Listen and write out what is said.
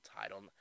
title